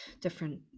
different